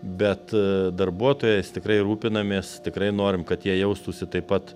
bet darbuotojais tikrai rūpinamės tikrai norime kad jie jaustųsi taip pat